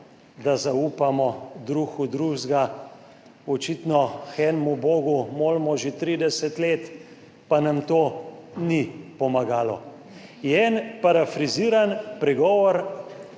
da zaupamo drug v drugega. Očitno k enemu bogu molimo že 30 let, pa nam to ni pomagalo. Je en parafraziran pregovor,